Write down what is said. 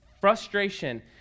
frustration